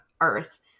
Earth